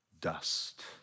dust